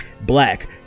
black